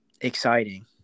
exciting